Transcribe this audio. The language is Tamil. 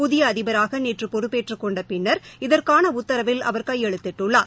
புதிய அதிபராக நேற்று பொறுப்பேற்றுக் கொண்ட பின்னர் இதற்கான உத்தரவில் அவர் கையெழுத்திட்டார்